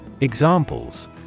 Examples